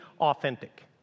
authentic